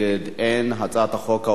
הצעת חוק העונשין (תיקון מס'